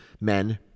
men